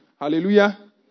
Hallelujah